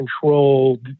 control